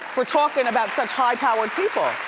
for talking about such high-powered people. right.